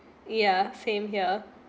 yeah same here